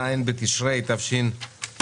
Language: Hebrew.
ז' בתשרי תשפ"ב,